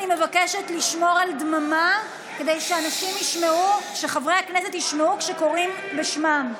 אני מבקשת לשמור על דממה כדי שחברי הכנסת ישמעו כשקוראים בשמם.